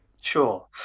Sure